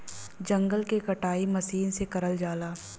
जंगल के कटाई मसीन से करल जाला